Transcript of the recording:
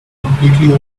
completely